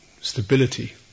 stability